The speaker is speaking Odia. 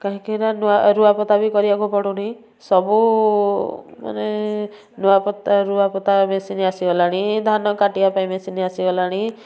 କାହିଁକିନା ରୁଆ ପୋତା କରିବାକୁ ପଡ଼ୁନି ସବୁ ମାନେ ରୁଆ ପୋତା ରୁଆ ପୋତା ମେସିନ୍ ଆସିଗଲାଣି ଧାନ କାଟିବା ପାଇଁ ମେସିନ୍ ଆସିଗଲାଣି